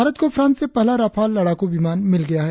भारत को फ्रांस से पहला राफाल लड़ाकू विमान मिल गया है